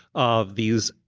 of these.